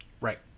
Right